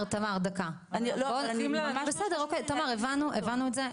תמר הבנו את זה,